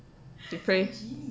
they prey